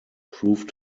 proved